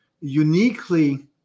uniquely